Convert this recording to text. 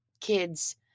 kids